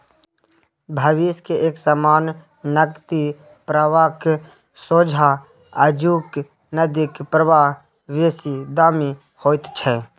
भविष्य के एक समान नकदी प्रवाहक सोंझा आजुक नकदी प्रवाह बेसी दामी होइत छै